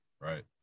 right